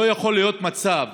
לא יכול להיות מצב